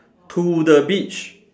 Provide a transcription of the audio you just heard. to the beach